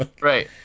Right